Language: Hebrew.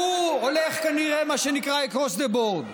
הוא הולך כנראה, מה שנקרא, across the board.